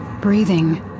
Breathing